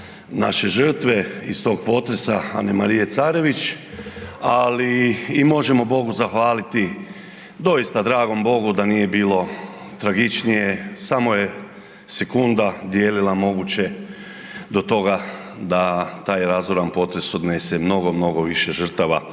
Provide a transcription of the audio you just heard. naše žrtve iz tog potresa Anemarije Carević, ali i možemo Bogu zahvaliti, doista dragom Bogu da nije bilo tragičnije, samo je sekunda dijelila moguće do toga da taj razoran potres odnese mnogo, mnogo više žrtava.